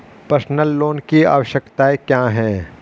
Personal loan की आवश्यकताएं क्या हैं?